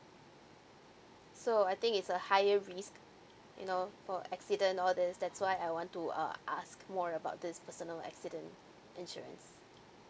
so I think it's a higher risk you know for accident all this that's why I want to uh ask more about this personal accident insurance